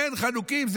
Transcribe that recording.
חנוקים,